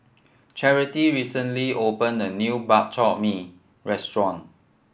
Charity recently opened a new Bak Chor Mee restaurant